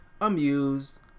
amused